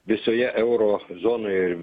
visoje euro zonoje ir